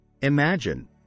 Imagine